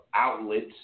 Outlets